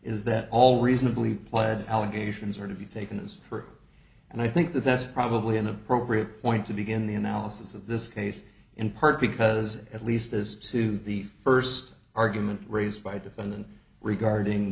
is that all reasonably pled allegations are to be taken as proof and i think that's probably an appropriate point to begin the analysis of this case in part because at least as to the first argument raised by a defendant regarding